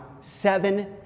seven